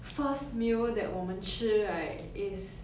first meal that 我们吃 right is